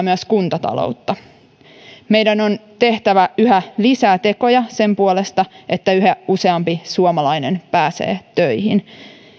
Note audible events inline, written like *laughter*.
*unintelligible* myös kuntataloutta meidän on tehtävä yhä lisää tekoja sen puolesta että yhä useampi suomalainen pääsee töihin